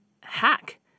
hack